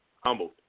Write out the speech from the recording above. humbled